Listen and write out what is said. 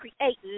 create